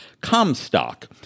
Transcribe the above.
Comstock